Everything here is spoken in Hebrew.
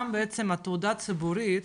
גם בעצם התעודה הציבורית,